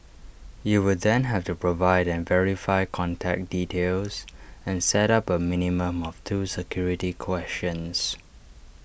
you will then have to provide and verify contact details and set up A minimum of two security questions